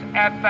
at